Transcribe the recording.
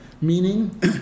Meaning